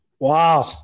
Wow